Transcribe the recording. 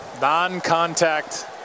non-contact